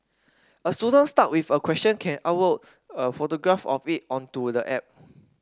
a student stuck with a question can upload a photograph of it onto the app